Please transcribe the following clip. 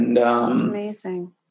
amazing